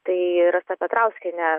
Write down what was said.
tai rasa petrauskienė